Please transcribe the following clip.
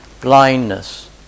blindness